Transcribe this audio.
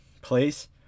place